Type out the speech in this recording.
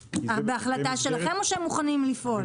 בהחלטה שלכם או שהם מוכנים לפעול?